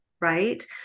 right